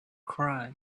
cry